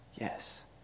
Yes